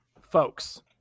folks